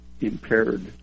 impaired